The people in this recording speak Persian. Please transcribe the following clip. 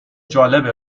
جالبه